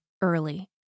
early